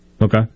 Okay